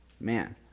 man